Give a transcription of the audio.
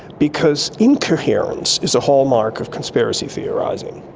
because incoherence is a hallmark of conspiracy theorising,